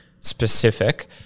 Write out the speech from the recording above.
specific